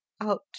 Out